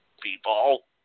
people